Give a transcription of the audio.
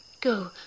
Go